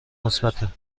مثبته